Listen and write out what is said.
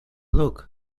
look